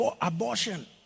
abortion